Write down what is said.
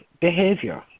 behavior